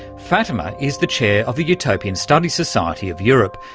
fatima is the chair of the utopian studies society of europe,